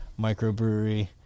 microbrewery